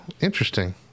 interesting